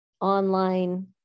online